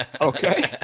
Okay